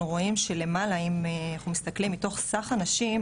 רואים שלמעלה אם אנחנו מסתכלים מתוך סך הנשים,